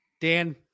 Dan